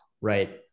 right